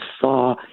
saw